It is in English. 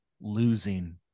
losing